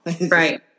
right